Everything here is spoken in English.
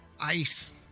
ice